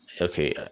okay